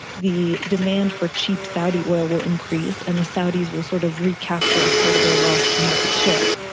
the demand for cheap saudi oil will increase and the saudis will sort of recapture ah part of their lost market share.